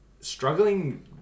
struggling